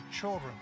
children